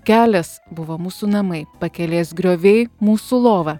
kelias buvo mūsų namai pakelės grioviai mūsų lova